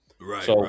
Right